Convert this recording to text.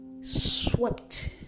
swept